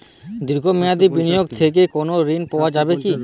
দীর্ঘ মেয়াদি বিনিয়োগ থেকে কোনো ঋন পাওয়া যাবে কী?